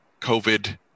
COVID